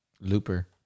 Looper